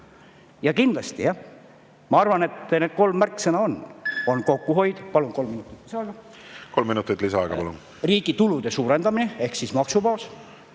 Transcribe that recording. Kindlasti, ma arvan, et need kolm märksõna on kokkuhoid … Palun kolm minutit lisaaega. Kolm minutuit lisaaega, palun! … riigi tulude suurendamine ehk maksubaas